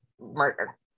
murder